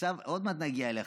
עוד מעט נגיע אליך.